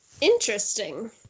interesting